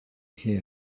here